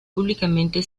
públicamente